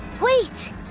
Wait